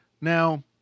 Now